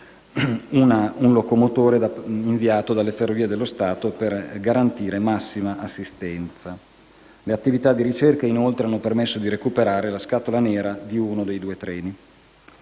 un locomotore inviato dalle Ferrovie dello Stato per garantire la massima assistenza. Le attività di ricerca, inoltre, hanno permesso di recuperare la scatola nera di uno dei due treni.